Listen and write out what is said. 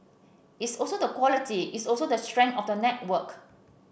it's also the quality it's also the strength of the network